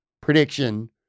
prediction